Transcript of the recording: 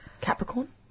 Capricorn